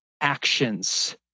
actions